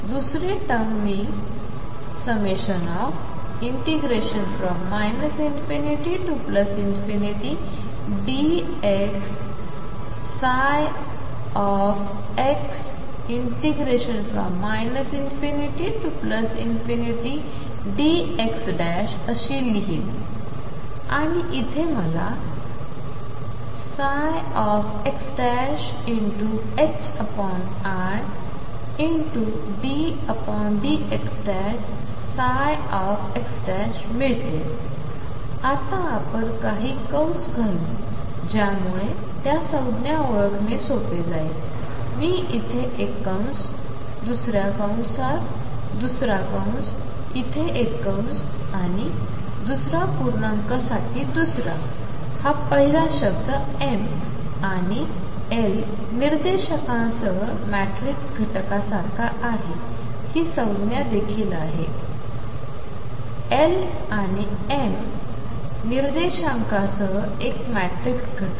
दुसरी टर्म मी l ∞dxnx ∞dx अशी लिहिलं आणि इथे मला lxidnxdx मिळते आता आपण काही कंस घालू ज्यामुळे त्या संज्ञा ओळखणे सोपे जाईल मी येथे एक कंस दुसऱ्या कंसात दुसरा कंस येथे एक कंस आणि दुसरा पूर्णांक साठी दुसरा हा पहिला शब्द m आणि l निर्देशांकासह मॅट्रिक्स घटकासारखा आहे ही संज्ञा देखील आहे l आणि n निर्देशांकासह एक मॅट्रिक्स घटक